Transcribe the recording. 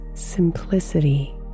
simplicity